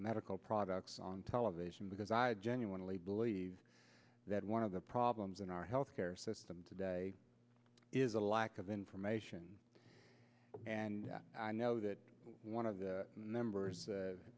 medical products on television because i genuinely believe that one of the problems in our health care system today is a lot of information and i know that one of the numbers